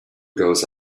goes